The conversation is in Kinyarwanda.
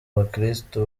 bakristo